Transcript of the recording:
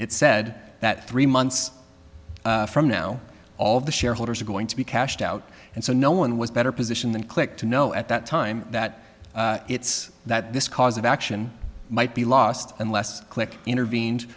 it said that three months from now all of the shareholders are going to be cashed out and so no one was better position than click to know at that time that it's that this cause of action might be lost unless click intervene